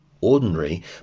ordinary